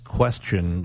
question